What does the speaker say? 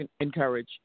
encourage